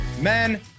men